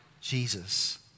Jesus